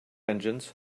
engines